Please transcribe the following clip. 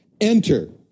Enter